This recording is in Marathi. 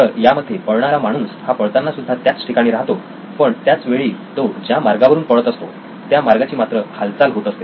तर यामध्ये पळणारा माणूस हा पळतांना सुद्धा त्याच ठिकाणी राहतो पण त्याच वेळी तो ज्या मार्गावरून पळत असतो त्या मार्गाची मात्र हालचाल होत असते